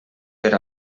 per